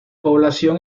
población